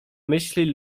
myśli